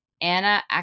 Anna